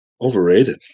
overrated